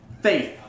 faith